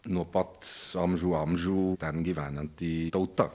nuo pat amžių amžių ten gyvenanti tauta